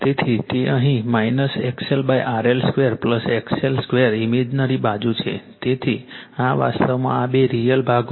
તેથી તે અહીં XLRL 2 XL 2 ઇમેજનરી બાજુ છે તેથી આ વાસ્તવમાં આ બે રિઅલ ભાગો છે